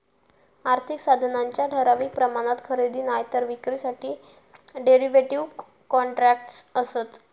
आर्थिक साधनांच्या ठराविक प्रमाणात खरेदी नायतर विक्रीसाठी डेरीव्हेटिव कॉन्ट्रॅक्टस् आसत